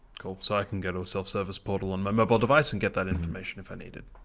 cool so i can go to a self-service portal on my mobile device and get that information if i need it